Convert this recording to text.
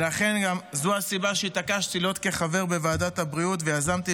וזו הסיבה לכך שהתעקשתי להיות חבר בוועדת הבריאות ויוזמתי